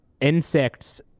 insects